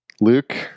Luke